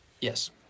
Yes